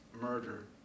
murder